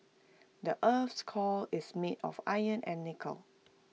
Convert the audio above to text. the Earth's core is made of iron and nickel